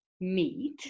meat